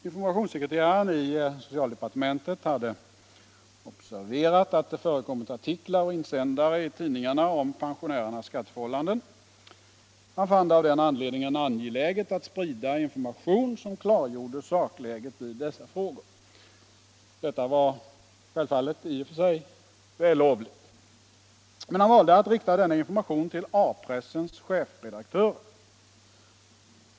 Informationssekreteraren i socialdepartementet hade observerat att det förekommit artiklar och insändare i tidningarna om pensionärernas skatteförhållanden. Han fann det av den anledningen angeläget att sprida information som klargjorde sakläget i dessa frågor. Detta var självfallet i och för sig vällovligt. Men han valde att rikta denna information till A-pressens chefredaktörer.